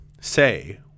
Say